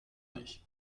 nicht